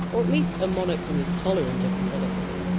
or at least a monarch who was tolerant of catholicism.